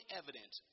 evidence